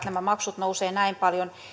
nämä maksut nousevat näin paljon